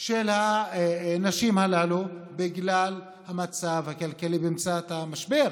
של הנשים הללו, בגלל המצב הכלכלי, מציאות המשבר